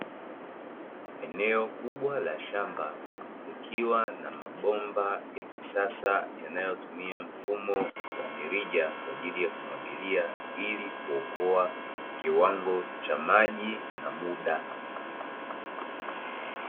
Eneo kubwa la shamba, likiwa na mabomba ya kisasa yanayotumia mfumo wa mirija kwa ajili ya kumwagilia ili kuokoa kiwango cha maji na muda.